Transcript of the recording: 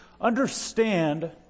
understand